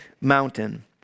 mountain